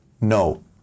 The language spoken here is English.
No